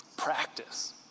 Practice